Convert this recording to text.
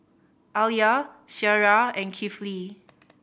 Alya Syirah and Kifli